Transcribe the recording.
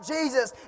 Jesus